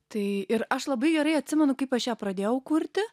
tai ir aš labai gerai atsimenu kaip aš ją pradėjau kurti